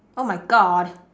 oh my god